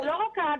זה לא רק ההגדרה,